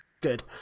Good